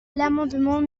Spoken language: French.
l’amendement